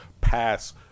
pass